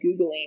Googling